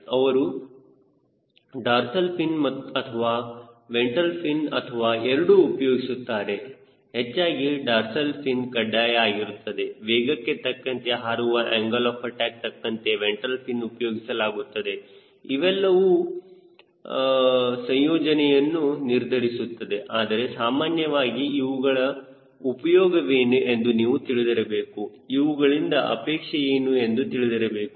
ಅವನು dorsal fin ಅಥವಾ ventral fin ಅಥವಾ ಎರಡು ಉಪಯೋಗಿಸುತ್ತಾನೆ ಹೆಚ್ಚಾಗಿ ಡಾರ್ಸಲ್ ಫಿನ್ ಕಡ್ಡಾಯ ಆಗಿರುತ್ತದೆ ವೇಗಕ್ಕೆ ತಕ್ಕಂತೆ ಹಾರುವ ಆಂಗಲ್ ಆಫ್ ಅಟ್ಯಾಕ್ ತಕ್ಕಂತೆ ವೆಂಟ್ರಲ್ ಫಿನ್ ಉಪಯೋಗಿಸಲಾಗುತ್ತದೆ ಇವೆಲ್ಲವೂ ಇವುಗಳ ಸಂಯೋಜನೆಯನ್ನು ನಿರ್ಧರಿಸುತ್ತದೆ ಆದರೆ ಸಾಮಾನ್ಯವಾಗಿ ಇವುಗಳ ಉಪಯೋಗವೇನು ಇದು ನೀವು ತಿಳಿದಿರಬೇಕು ಇವುಗಳಿಂದ ಅಪೇಕ್ಷೆ ಏನು ಎಂದು ತಿಳಿದಿರಬೇಕು